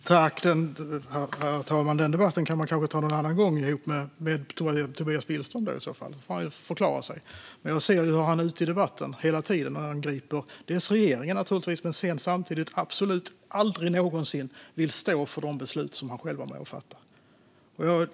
Herr talman! Den debatten kan vi kanske ta en annan gång, i så fall ihop med Tobias Billström. Då får han förklara sig. Jag ser dock hur han hela tiden är ute i debatten och angriper regeringen men samtidigt absolut aldrig någonsin vill stå för de beslut han själv var med om att fatta.